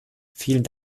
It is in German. vielen